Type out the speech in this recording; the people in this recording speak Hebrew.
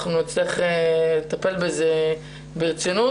אנחנו נצטרך לטפל בזה ברצינות.